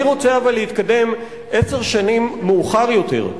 אני רוצה אבל להתקדם עשר שנים מאוחר יותר,